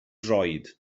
droed